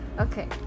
okay